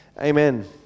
Amen